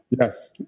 Yes